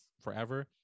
forever